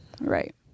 right